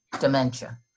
dementia